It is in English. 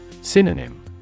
Synonym